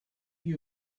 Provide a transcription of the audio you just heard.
you